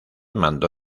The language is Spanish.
mandó